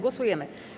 Głosujemy.